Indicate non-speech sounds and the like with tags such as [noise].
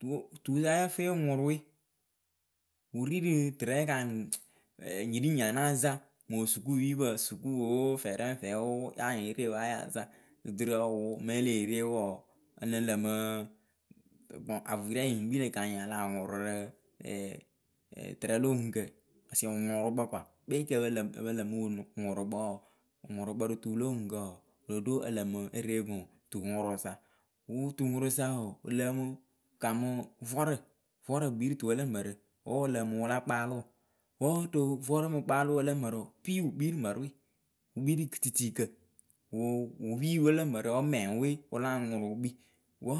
Tuwo tusa yǝfɨ yɨŋ ŋʊrʊ we wɨ ri rɨ tɨrɛ kanyɩŋ [hesitation] nyiriŋnyi nyana zaŋ mosukupipǝ sukuwoo fɛrɛŋfɛ woo anyɩŋ yerewɨ yayazaŋ dudurǝ wʊ me e lee re wɔɔ ǝlɨŋ lǝǝmɨ bɔŋ avuyirɛŋ yɨŋ kpii lǝ kanyɩŋ a láa ŋʊrʊrɨ [hesitation] tɨrɛ lo oŋuŋkǝ asɛ wɨ ŋʊrʊkǝ kɔa kpe kǝpǝ [hesitation] ǝpǝ lǝmɨ wɨŋʊrʊkpǝ wɔɔ wɨŋʊrʊkpǝ rɨ tuu lo oŋuŋkǝ wɔɔ wɨlo ɖo ǝlǝmɨ ere ŋwɨ tuŋʊrʊsa wu tuŋʊrʊsa wɔɔ wɨ lǝǝmɨ kamɨ vɔrǝ. vɔrǝ gbi rɨ tuwe lǝ mǝrǝ wǝ wɨ lǝǝmɨ wɨla kpaalɨwǝ wǝ rɨ vɔrǝ we mɨ kpalɨwe lǝ mǝrǝ wɔɔ piwu wɨ kpii rɨ mǝrɨwe wɨ kpii rɨ kɨtiitikǝ. wʊ piiwe lǝ mǝrɨ wǝ mɛŋwe wɨ láa ŋʊrʊ wɨ kpii wǝ